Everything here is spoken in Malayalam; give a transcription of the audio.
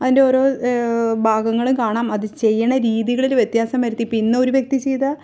അതിന്റെ ഓരോ ഭാഗങ്ങൾ കാണാം അത് ചെയ്യുന്ന രീതികളില് വ്യത്യാസം വരുത്തി ഇപ്പോൾ ഇന്ന ഒരു വ്യക്തി ചെയ്ത